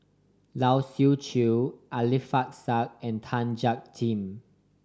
Lai Siu Chiu Alfian Sa'at and Tan Jiak Kim